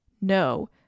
No